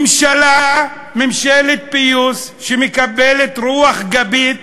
ממשלה, ממשלת פיוס, שמקבלת רוח גבית